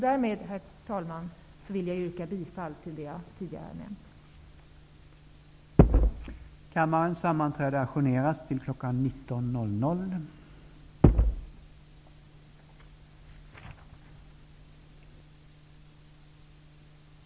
Därmed, herr talman, vill jag yrka bifall till det jag tidigare har nämnt.